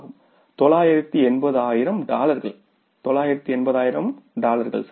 980 ஆயிரம் டாலர்கள் 980 ஆயிரம் டாலர்கள் 980 ஆயிரம் டாலர்கள் சரி